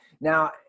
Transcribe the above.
now